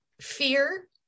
fear